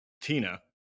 tina